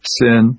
sin